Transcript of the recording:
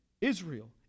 Israel